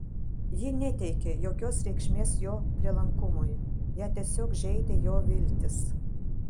ji neteikė jokios reikšmės jo prielankumui ją tiesiog žeidė jo viltys